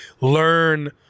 learn